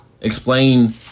explain